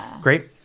Great